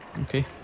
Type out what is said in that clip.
Okay